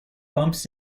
bumps